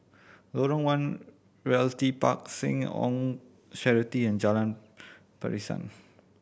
Lorong One Realty Park Seh Ong Charity and Jalan Pasiran